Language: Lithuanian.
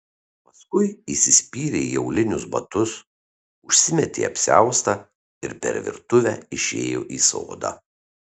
paskui įsispyrė į aulinius batus užsimetė apsiaustą ir per virtuvę išėjo į sodą